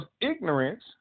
ignorance